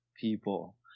people